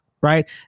right